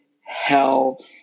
hell